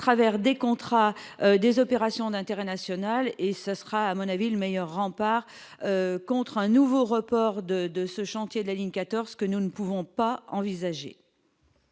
à travers des opérations d'intérêt national. Ce sera, à mon avis, le meilleur rempart contre un nouveau report de ce chantier de la ligne 14, que nous ne pouvons pas envisager.